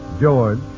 George